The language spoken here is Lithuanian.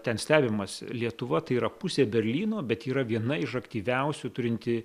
ten stebimasi lietuva tai yra pusė berlyno bet yra viena iš aktyviausių turinti